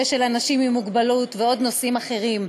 של אנשים עם מוגבלות ובנושאים אחרים,